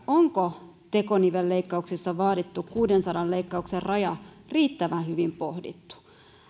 onko tekonivelleikkauksissa vaadittu kuudensadan leikkauksen raja riittävän hyvin pohdittu